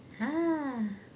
ah